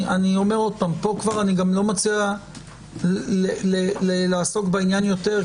אני אומר עוד פעם: פה כבר אני גם לא מציע לעסוק בעניין יותר,